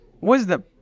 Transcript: wisdom